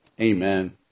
Amen